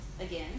Again